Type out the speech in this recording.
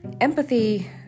Empathy